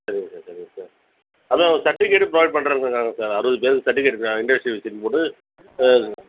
சரிங்க சார் சரிங்க சார் அதுவும் அவங்க சர்டிஃபிக்கேட்டும் ப்ரொவைட் பண்ணுறோம்ங்குறாங்க சார் அறுபது பேருக்கு சர்டிஃபிக்கேட் இன்டஸ்ட்ரியல் விசிட்ன்னு போட்டு இது